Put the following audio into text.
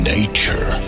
Nature